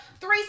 three